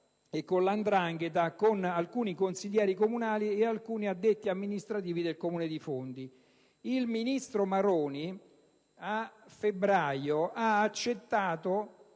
e con la *'ndrangheta* di alcuni consiglieri e alcuni addetti amministrativi del Comune di Fondi. Il ministro Maroni, a febbraio, ha accettato